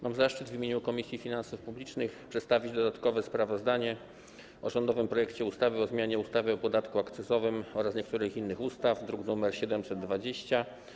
Mam zaszczyt w imieniu Komisji Finansów Publicznych przedstawić dodatkowe sprawozdanie o rządowym projekcie ustawy o zmianie ustawy o podatku akcyzowym oraz niektórych innych ustaw, druk nr 720.